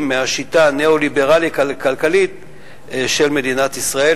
בשיטה הניאו-ליברלית הכלכלית של מדינת ישראל?